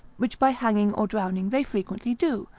which by hanging or drowning they frequently do,